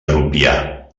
rupià